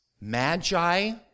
Magi